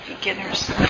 Beginner's